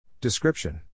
Description